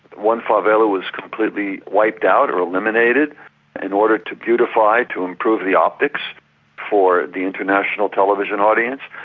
one favela was completely wiped out or eliminated in order to beautify, to improve the optics for the international television audience.